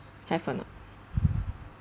have or not